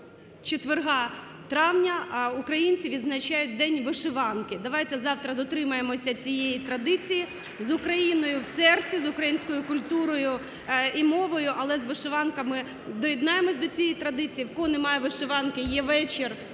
четверга травня українці відзначають День вишиванки. Давайте завтра дотримаємося цієї традиції. З Україною в серці, з українською культурою і мовою, але з вишиванками, доєднаємося до цієї традиції. В кого немає вишиванки, є вечір